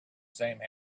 same